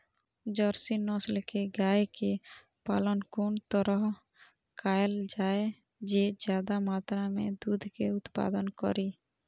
Jersey नस्ल के गाय के पालन कोन तरह कायल जाय जे ज्यादा मात्रा में दूध के उत्पादन करी?